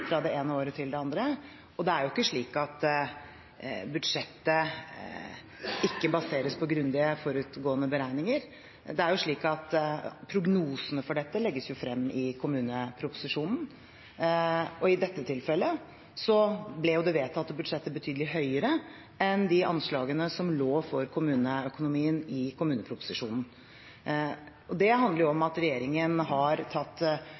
fra det ene året til det andre. Det er ikke slik at budsjettet ikke baseres på grundige forutgående beregninger. Prognosene for dette legges jo frem i kommuneproposisjonen. I dette tilfellet ble det vedtatte budsjettet betydelig høyere enn anslagene for kommuneøkonomien i kommuneproposisjonen. Det handler om at regjeringen har tatt